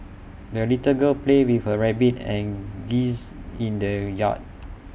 the little girl played with her rabbit and geese in the yard